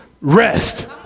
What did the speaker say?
Rest